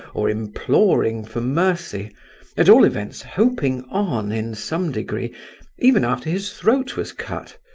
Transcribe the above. or imploring for mercy at all events hoping on in some degree even after his throat was cut.